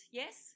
yes